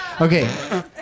Okay